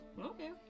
Okay